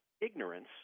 ignorance